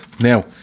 Now